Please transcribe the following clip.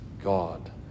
God